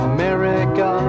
America